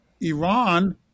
Iran